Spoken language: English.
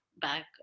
back